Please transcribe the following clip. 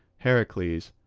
heracles,